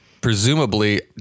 presumably